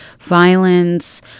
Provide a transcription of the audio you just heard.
violence